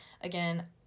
Again